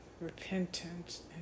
repentance